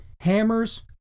hammers